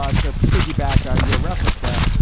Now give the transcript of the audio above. ah to piggyback on your reference there,